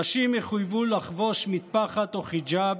נשים יחויבו לחבוש מטפחת או חיג'אב,